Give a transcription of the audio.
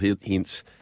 hints